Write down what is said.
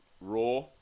raw